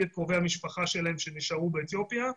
את קרובי המשפחה שלהם שנשארו באתיופיה,